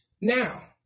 now